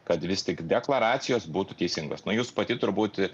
kad vis tik deklaracijos būtų teisingos na jūs pati turbūt